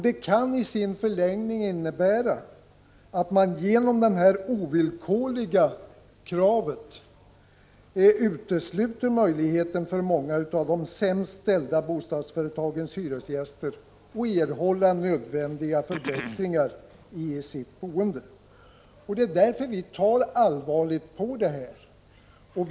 Det kan i sin förlängning innebära att man genom det ovillkorliga kravet utesluter möjligheten för många av de sämst ställda bostadsföretagens hyresgäster att erhålla nödvändiga förbättringar i sitt boende. Det är därför vi tar allvarligt på förslaget.